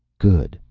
good,